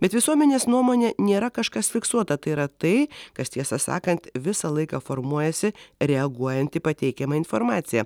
bet visuomenės nuomonė nėra kažkas fiksuota tai yra tai kas tiesą sakant visą laiką formuojasi reaguojant į pateikiamą informaciją